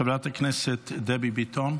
חברת הכנסת דבי ביטון,